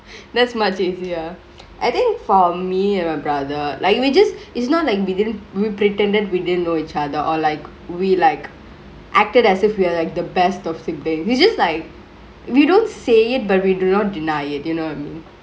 that's much easier I think for me and my brother like we just it's not like we didn't we pretended we didn't know each other or like we like acted as if we are like the best of siblingks we just like we don't say it but we do not deny it you know what I mean